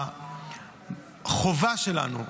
החובה שלנו,